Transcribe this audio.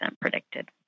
predicted